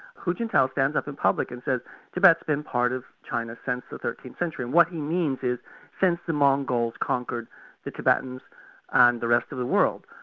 hu jintao stands up in public and says tibet's been part of china since the thirteenth century, and what he means is since the mongols conquered the tibetans and the rest of the world.